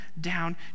down